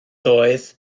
doedd